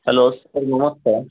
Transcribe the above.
hello sir ನಮಸ್ತೆ